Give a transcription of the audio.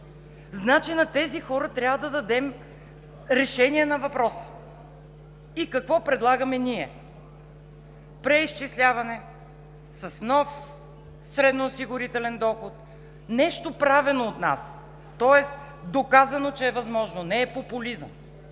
Значи на тези хора трябва да дадем решение на въпроса. Какво предлагаме ние? Преизчисляване с нов средно осигурителен доход – нещо, правено от нас. Тоест доказано, че е възможно, не е популизъм,